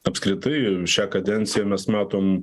apskritai šią kadenciją mes matom